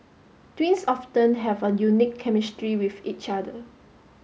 twins often have a unique chemistry with each other